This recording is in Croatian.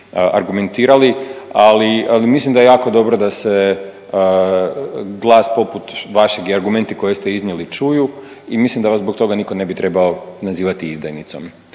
argumentirali, ali mislim da je jako dobro da se glas poput vašeg i argumenti koje ste iznijeli čuju i mislim da vas zbog toga nitko ne bi trebao nazivati izdajnicom.